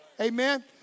Amen